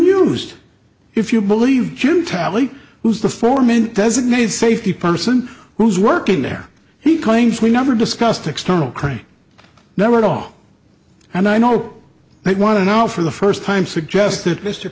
used if you believe him tally who's the foreman designated safety person who's working there he claims we never discussed external crime never law and i know they want to now for the first time suggested mr